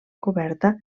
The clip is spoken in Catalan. coberta